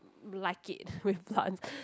mm like it with plants